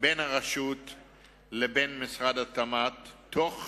בין הרשות לבין משרד התמ"ת, תוך